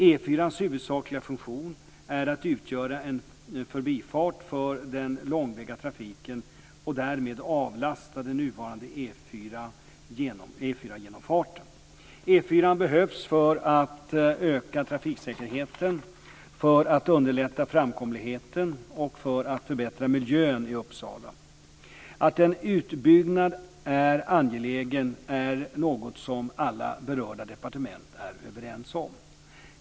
E 4:ans huvudsakliga funktion är att utgöra en förbifart för den långväga trafiken och därmed avlasta den nuvarande E 4-genomfarten. E 4:an behövs för att öka trafiksäkerheten, för att underlätta framkomligheten och för att förbättra miljön i Uppsala. Att en utbyggnad är angelägen är något som alla berörda departement är överens om.